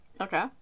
Okay